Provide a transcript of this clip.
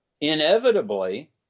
inevitably